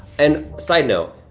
and side note,